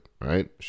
right